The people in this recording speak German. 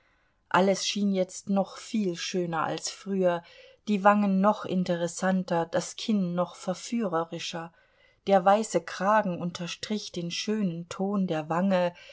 alles schien jetzt noch viel schöner als früher die wangen noch interessanter das kinn noch verführerischer der weiße kragen unterstrich den schönen ton der wange